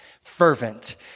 Fervent